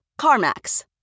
CarMax